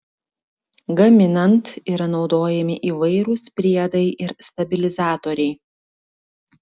gaminant yra naudojami įvairūs priedai ir stabilizatoriai